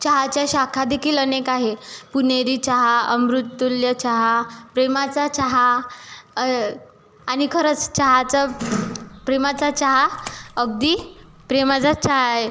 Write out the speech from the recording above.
चहाच्या शाखादेखील अनेक आहे पुणेरी चहा अमृततुल्य चहा प्रेमाचा चहा आणि खरंच चहाचं प्रेमाचा चहा अगदी प्रेमाचाच चहा आहे